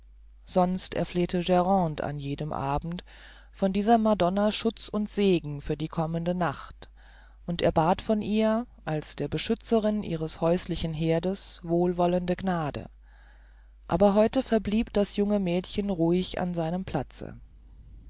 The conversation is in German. sonst erflehte grande an jedem abend von dieser madonna schutz und segen für die kommende nacht und erbat von ihr als der beschützerin ihres häuslichen herdes wohlwollende gnade aber heute verblieb das junge mädchen ruhig an seinem platze